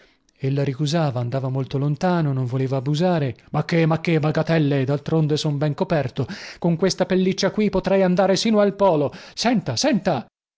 insieem ella ricusava andava molto lontano non voleva abusare ma che ma che bagattelle daltronde son ben coperto con questa pelliccia qui potrei andare sino al polo senta senta